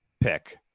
pick